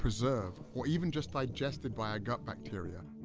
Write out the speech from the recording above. preserved, or even just digested by our gut bacteria,